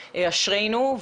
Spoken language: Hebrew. אשרינו.